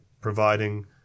providing